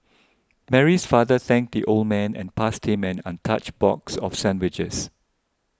Mary's father thanked the old man and passed him an untouched box of sandwiches